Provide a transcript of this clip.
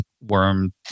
worm